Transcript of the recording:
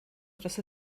dros